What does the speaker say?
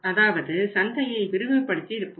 அதாவது சந்தையை விரிவுபடுத்தி இருப்போம்